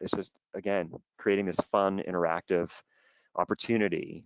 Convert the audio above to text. it's just again, creating this fun interactive opportunity